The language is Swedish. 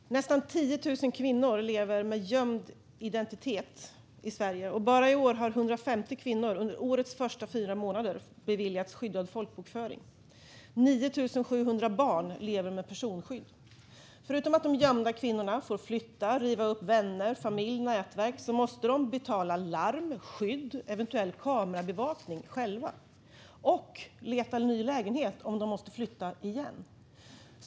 Herr talman! Nästan 10 000 kvinnor i Sverige lever med skyddad identitet. Bara i år har 150 kvinnor under årets första fyra månader beviljats skyddad folkbokföring. 9 700 barn lever med personskydd. Förutom att de gömda kvinnorna får flytta och riva upp kontakterna med vänner, familj och nätverk måste de själva betala larm, skydd och eventuell kamerabevakning. Dessutom måste de leta efter en ny lägenhet om de måste flytta igen.